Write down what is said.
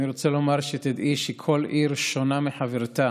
אני רוצה לומר שתדעי שכל עיר שונה מחברתה